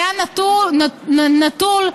היה נתון תחת,